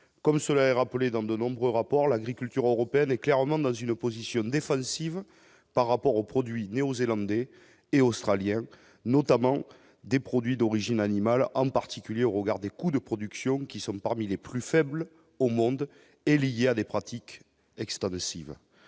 comme cela est rappelé dans de nombreux rapports l'agriculture européenne est clairement dans une position défensive par rapport au produit Néozélandais et Australiens notamment des produits d'origine animale, en particulier au regard des coûts de production qui sont parmi les plus faibles au monde est lié à des pratiques extensive